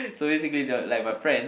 so basically the like my friend